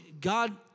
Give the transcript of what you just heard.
God